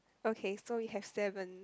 okay so we have seven